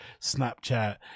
snapchat